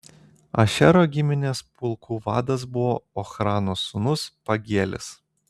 ašero giminės pulkų vadas buvo ochrano sūnus pagielis